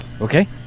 okay